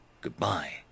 goodbye